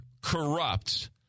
corrupt—